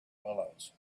willows